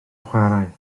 chwarae